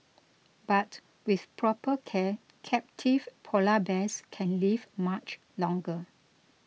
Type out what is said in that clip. but with proper care captive Polar Bears can live much longer